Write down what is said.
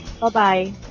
Bye-bye